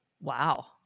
Wow